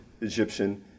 Egyptian